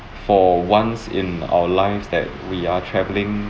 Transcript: for once in our lives that we are travelling